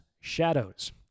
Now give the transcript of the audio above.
shadows